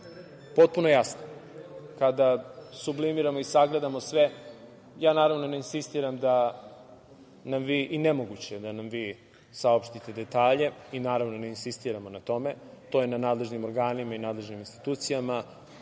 potpuno jasne. Kada sublimiramo i sagledamo sve, ja naravno ne insistiram, i nemoguće je da nam vi saopštite detalje, i naravno, ne insistiramo na tome, to je na nadležnim organima i nadležnim institucijama,